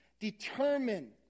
determine